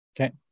Okay